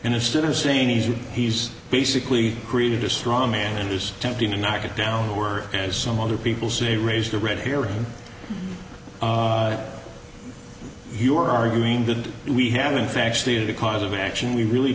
and instead of saying he's a he's basically created a straw man and is attempting to knock it down or as some other people say raised a red herring you're arguing that we haven't factually the cause of action we really